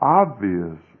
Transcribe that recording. obvious